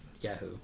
Yahoo